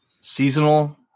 seasonal